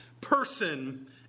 person